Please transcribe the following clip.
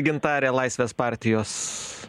gintarė laisvės partijos